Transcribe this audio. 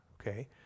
okay